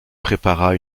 prépara